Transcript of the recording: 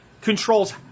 controls